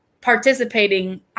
participating